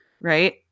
right